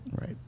Right